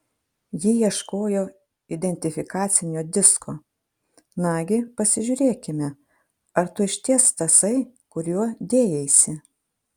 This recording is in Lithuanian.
ji ieškojo identifikacinio disko nagi pasižiūrėkime ar tu išties tasai kuriuo dėjaisi